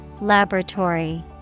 Laboratory